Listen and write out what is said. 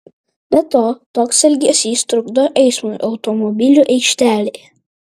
be to toks elgesys trukdo eismui automobilių aikštelėje